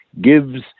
gives